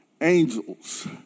angels